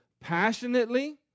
passionately